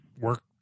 work